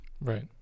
right